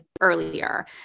earlier